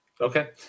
Okay